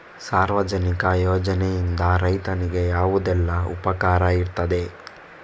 ಸಾರ್ವಜನಿಕ ಯೋಜನೆಯಿಂದ ರೈತನಿಗೆ ಯಾವುದೆಲ್ಲ ಉಪಕಾರ ಇರ್ತದೆ?